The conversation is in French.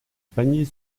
panier